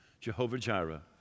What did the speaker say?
Jehovah-Jireh